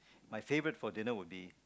my favourite for dinner will be